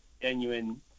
genuine